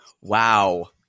Wow